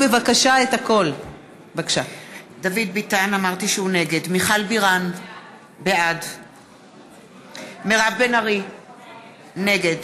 נגד